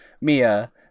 mia